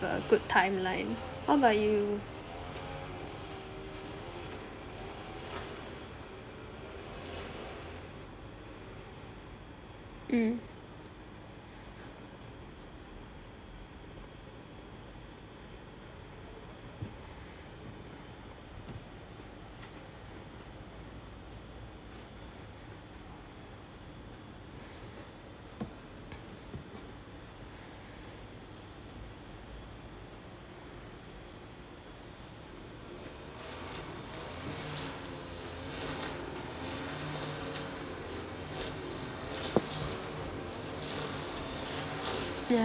a good timeline what about you mm yeah